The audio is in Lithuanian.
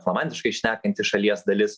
flamandiškai šnekanti šalies dalis